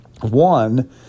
One